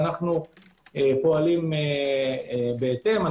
ואנו פועלים בהתאם.